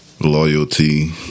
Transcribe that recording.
Loyalty